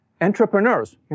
entrepreneurs